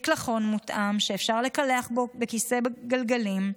מקלחון מותאם שאפשר לקלח בו בכיסא גלגלים.